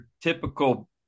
typical